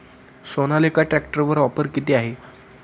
सोनालिका ट्रॅक्टरवर ऑफर किती आहे?